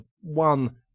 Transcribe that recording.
one